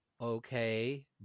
okay